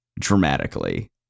dramatically